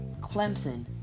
Clemson